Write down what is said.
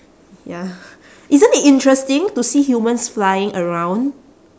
ya isn't it interesting to see humans flying around